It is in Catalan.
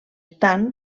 tant